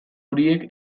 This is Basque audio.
horiek